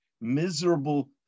Miserable